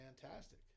fantastic